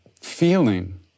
feeling